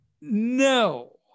No